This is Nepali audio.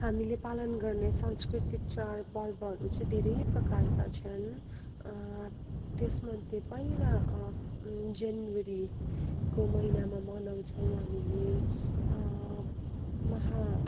हामीले पालन गर्ने सांस्कृतिक चाड पर्वहरू चाहिँ धेरै प्रकारका छन् त्यसमध्ये पहिला जनवरीको महिनामा मनाउछौँ हामीले महा